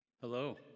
Hello